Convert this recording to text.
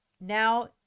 now